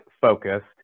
focused